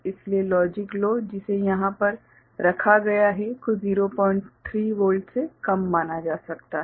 इसलिए logic low जिसे यहां पर रखा गया है को 03 वोल्ट से कम माना जा सकता है